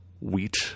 wheat